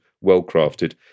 well-crafted